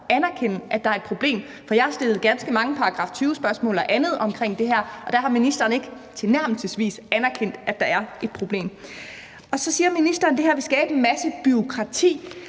anerkende, at der er et problem, for jeg har stillet ganske mange § 20-spørgsmål og andet omkring det her, og der har ministeren ikke tilnærmelsesvis anerkendt, at der er et problem. Så siger ministeren, at det her vil skabe en masse bureaukrati,